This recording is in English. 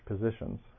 positions